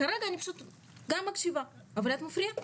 כרגע אני פשוט גם מקשיבה, אבל את מפריעה.